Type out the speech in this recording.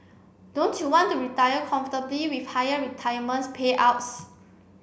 don't you want to retire comfortably with higher retirements payouts